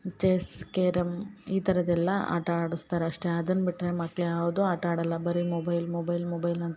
chess carrom ಈ ಥರದ್ ಎಲ್ಲಾ ಆಟ ಆಡಸ್ತಾರೆ ಅಷ್ಟೆ ಅದನ್ನ ಬಿಟ್ಟರೆ ಮಕ್ಳು ಯಾವುದು ಆಟ ಆಡಲ್ಲ ಬರಿ ಮೊಬೈಲ್ ಮೊಬೈಲ್ ಮೊಬೈಲ್ ಅಂತ